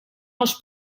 els